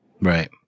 Right